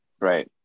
Right